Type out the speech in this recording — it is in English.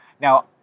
now